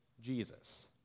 Jesus